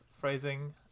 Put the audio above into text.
phrasing